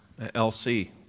LC